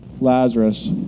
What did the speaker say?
Lazarus